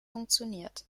funktioniert